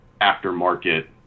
aftermarket